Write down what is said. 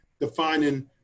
defining